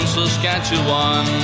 Saskatchewan